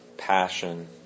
Passion